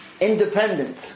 independent